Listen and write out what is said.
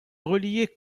reliait